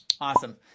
awesome